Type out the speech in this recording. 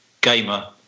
gamer